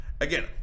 Again